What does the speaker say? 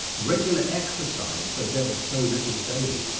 regular exercise, though never so little daily,